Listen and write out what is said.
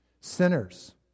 Sinners